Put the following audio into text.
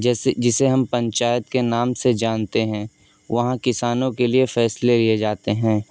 جیسے جسے ہم پنچایت کے نام سے جانتے ہیں وہاں کسانوں کے لیے فیصلے لیے جاتے ہیں